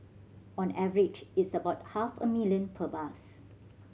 on average it's about half a million per bus